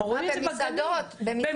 אנחנו